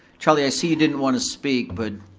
charley, i see you didn't want to speak, but,